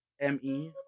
M-E